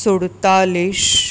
સુડતાલીસ